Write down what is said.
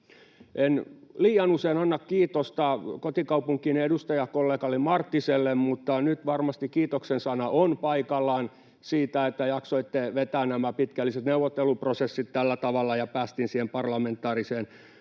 En liian usein anna kiitosta kotikaupunkini edustajakollegalle Marttiselle, mutta nyt varmasti kiitoksen sana on paikallaan siitä, että jaksoitte vetää nämä pitkälliset neuvotteluprosessit tällä tavalla ja päästiin siihen parlamentaariseen